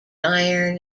iron